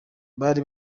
bari